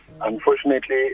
Unfortunately